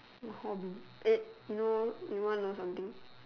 no hobby eh you know you wanna know something